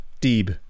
Deep